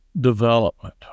development